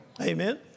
Amen